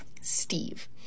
Steve